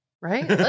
Right